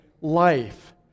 life